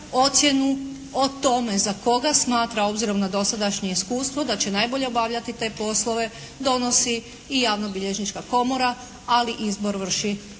ocjenu o tome za koga smatra obzirom na dosadašnje iskustvo da će najbolje obavljati te poslove donosi i Javnobilježnička komora, ali izbor vrši ministar